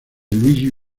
luigi